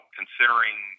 considering